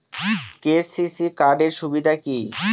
KCC card এর সুবিধা কি?